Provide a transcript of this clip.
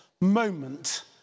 moment